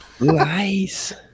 Nice